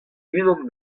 unan